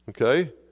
okay